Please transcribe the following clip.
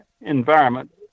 environment